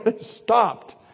stopped